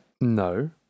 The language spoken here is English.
No